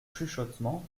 chuchotement